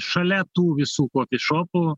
šalia tų visų kofišopų